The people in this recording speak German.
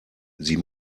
sie